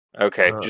Okay